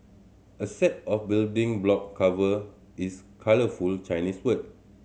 a set of building block covered is colourful Chinese word